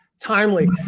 timely